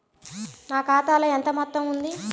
నా ఖాతాలో ఎంత మొత్తం ఉంది?